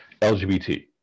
LGBT